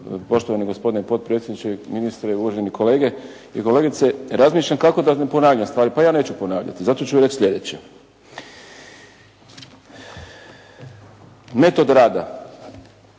poštovani gospodine potpredsjedniče i ministre i uvaženi kolege i kolegice, razmišljam kako da ne ponavljam stvari. Pa ja neću ponavljati, zato ću reći sljedeće. Metoda rada